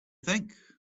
think